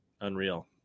Unreal